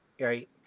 right